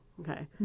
Okay